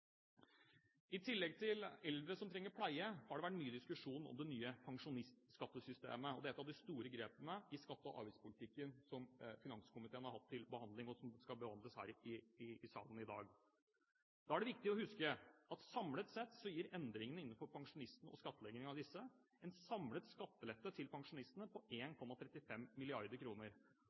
I tillegg til eldre som trenger pleie, har det vært mye diskusjon om det nye pensjonistskattesystemet, og det er ett av de store grepene i skatte- og avgiftspolitikken som finanskomiteen har hatt til behandling, og som skal behandles her i salen i dag. Da er det viktig å huske at samlet sett gir endringene innenfor pensjonistskattleggingen en samlet skattelette til pensjonistene på